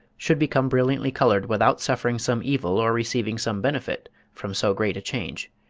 should become brilliantly coloured without suffering some evil or receiving some benefit from so great a change,